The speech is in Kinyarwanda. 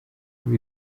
kuba